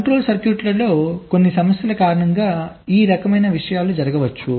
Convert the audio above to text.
control సర్క్యూట్లో కొన్ని సమస్యల కారణంగా ఈ రకమైన విషయాలు జరగవచ్చు